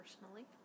personally